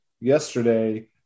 yesterday